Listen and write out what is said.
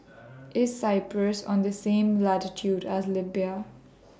IS Cyprus on The same latitude as Libya